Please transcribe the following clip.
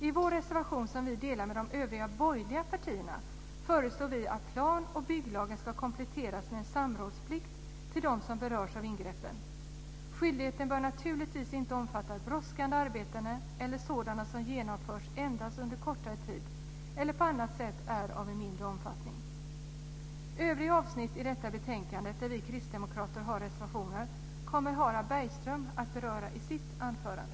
I den reservation som vi delar med de övriga borgliga partierna föreslås att plan och bygglagen ska kompletteras med en samrådsplikt avseende dem som berörs av ingreppen. Skyldigheten bör naturligtvis inte omfatta brådskande arbeten eller sådana som genomförs endast under kortare tid eller som på annat sätt är av mindre omfattning. Övriga avsnitt i detta betänkande där vi kristdemokrater har reservationer kommer Harald Bergström att beröra i sitt anförande.